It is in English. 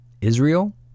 Israel